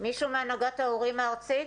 מישהו מהנהגת ההורים הארצית?